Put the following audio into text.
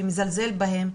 שמזלזל בהם,